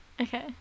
Okay